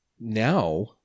now